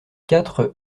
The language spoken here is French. quatre